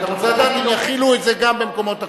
רק אתה רוצה לדעת אם יחילו את זה גם במקומות אחרים.